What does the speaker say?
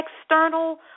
external